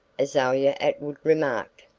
azalia atwood remarked.